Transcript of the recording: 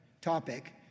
topic